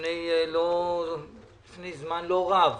לפני זמן לא רב